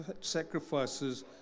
sacrifices